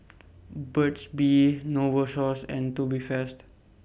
Burt's Bee Novosource and Tubifast